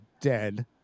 dead